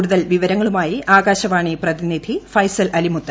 കൂടുതൽ വിവരങ്ങളുമായി ആകാശവാണി പ്രതിനിധി ഫൈസൽ അലിമുത്ത്